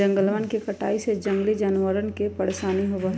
जंगलवन के कटाई से जंगली जानवरवन के परेशानी होबा हई